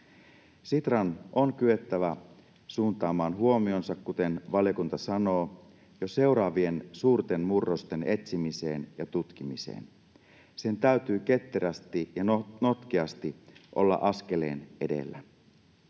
Sitran on kyettävä suuntaamaan huomionsa, kuten valiokunta sanoo, jo seuraavien suurten murrosten etsimiseen ja tutkimiseen. Sen täytyy ketterästi ja notkeasti olla askeleen edellä.